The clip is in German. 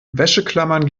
wäscheklammern